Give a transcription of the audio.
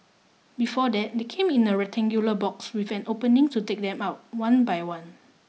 before that they came in a rectangular box with an opening to take them out one by one